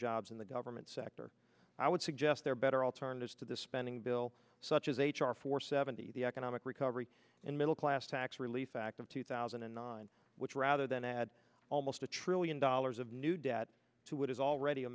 jobs in the government sector i would suggest there are better alternatives to this spending bill such as h r four seventy the economic recovery and middle class tax relief act of two thousand and nine which rather than add almost a trillion dollars of new debt to what is already a